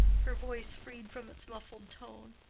her voice freed from its muffled tone